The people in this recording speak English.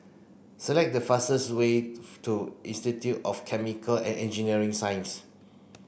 select the fastest way to Institute of Chemical and Engineering Science